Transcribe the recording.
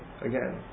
again